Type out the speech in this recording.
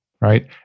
right